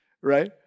right